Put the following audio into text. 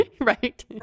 right